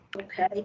okay